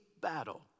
battle